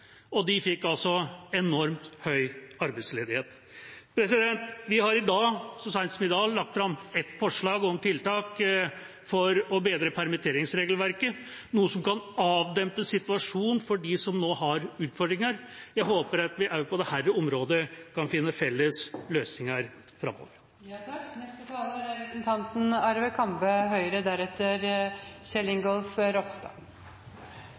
og de fikk altså enormt høy arbeidsledighet. Vi har så seint som i dag lagt fram et forslag om tiltak for å bedre permitteringsregelverket, noe som kan avdempe situasjonen for dem som nå har utfordringer. Jeg håper at vi også på dette området kan finne felles løsninger framover. Det gjør et sterkt inntrykk på meg å oppleve at arbeidsledigheten er